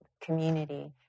community